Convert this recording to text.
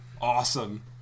awesome